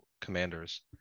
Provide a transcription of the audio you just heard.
Commanders